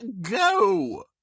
Go